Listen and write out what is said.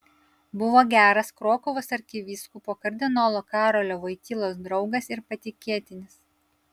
buvo geras krokuvos arkivyskupo kardinolo karolio vojtylos draugas ir patikėtinis